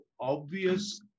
obvious